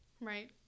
right